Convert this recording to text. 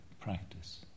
practice